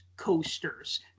coasters